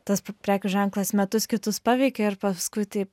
tas prekių ženklas metus kitus paveikia ir paskui tai